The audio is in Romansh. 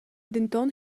denton